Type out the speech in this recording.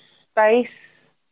Space